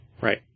Right